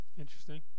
Interesting